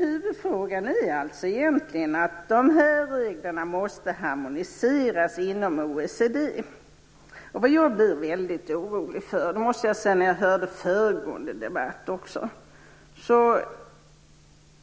Huvudfrågan är egentligen att de här reglerna måste harmoniseras inom OECD. Vad jag blir väldigt orolig för, och det måste jag säga att jag blev också när jag hörde föregående debatt, är att man